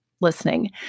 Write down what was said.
listening